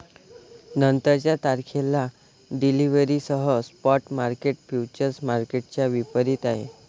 नंतरच्या तारखेला डिलिव्हरीसह स्पॉट मार्केट फ्युचर्स मार्केटच्या विपरीत आहे